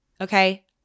okay